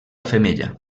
femella